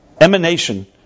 emanation